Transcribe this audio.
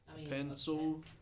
Pencil